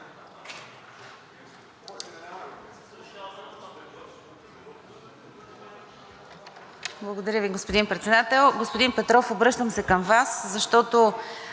Благодаря Ви, господин Председател. Господин Петров, обръщам се към Вас, защото